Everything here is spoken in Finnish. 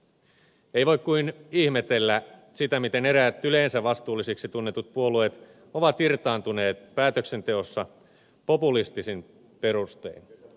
ei voi kuin ihmetellä sitä miten eräät yleensä vastuullisiksi tunnetut puolueet ovat irtaantuneet päätöksenteosta populistisin perustein